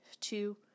two